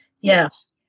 Yes